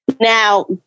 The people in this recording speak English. Now